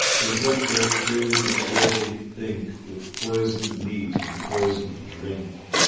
they get their fill before they think with poisoned meat and poisoned drink.